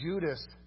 Judas